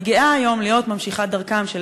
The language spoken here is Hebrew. ואני גאה היום להיות ממשיכת דרכם של